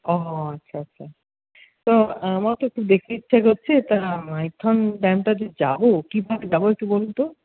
ও আচ্ছা আচ্ছা তো আমার তো একটু দেখতে ইচ্ছা হচ্ছে তা মাইথন ড্যামটা যে যাবো কীভাবে যাবো একটু বলুন তো